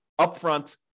upfront